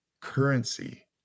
currency